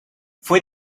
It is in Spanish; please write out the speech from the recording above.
fue